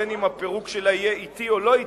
בין שהפירוק שלה יהיה אטי ובין שלא,